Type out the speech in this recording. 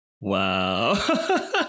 Wow